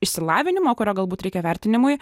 išsilavinimo kurio galbūt reikia vertinimui